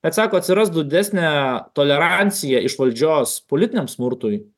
bet sako atsirastų didesnė tolerancija iš valdžios politiniam smurtui